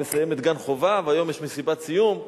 היא מסיימת גן חובה והיום יש מסיבת סיום,